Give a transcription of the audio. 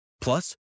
Plus